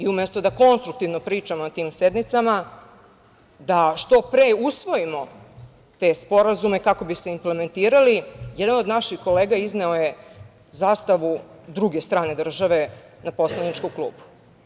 Umesto da konstruktivno pričamo na tim sednicama, da što pre usvojimo te sporazume kako bi se implementirali, jedan od naših kolega izneo je zastavu druge strane države na poslaničku klupu.